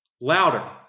louder